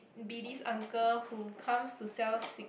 be this uncle who comes to sell s~